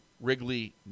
Wrigley